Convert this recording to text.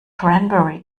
cranberry